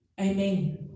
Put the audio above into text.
Amen